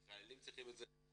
חיילים צריכים את זה,